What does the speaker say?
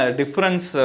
difference